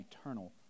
eternal